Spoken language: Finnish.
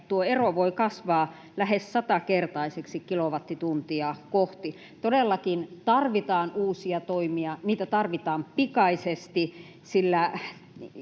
tuo ero voi kasvaa lähes satakertaiseksi kilowattituntia kohti. Todellakin tarvitaan uusia toimia, ja niitä tarvitaan pikaisesti, sillä